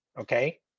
okay